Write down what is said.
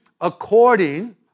according